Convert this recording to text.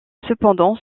cependant